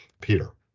Peter